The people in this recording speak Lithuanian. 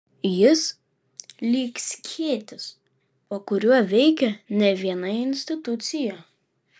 jis lyg skėtis po kuriuo veikia ne viena institucija